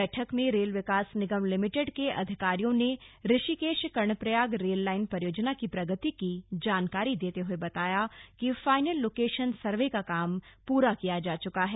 बैठक में रेल विकास निगम लिमिटेड के अधिकारियों ने ऋषिकेश कर्णप्रयाग रेल लाइन परियोजना की प्रगति की जानकारी देते हुए बताया कि फाईइनल लोकेशन सर्वे का काम पूरा किया जा चुका है